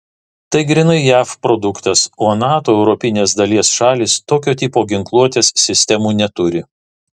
tai grynai jav produktas o nato europinės dalies šalys tokio tipo ginkluotės sistemų neturi